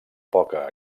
poca